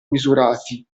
misurati